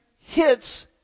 hits